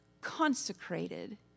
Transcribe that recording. consecrated